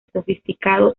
sofisticado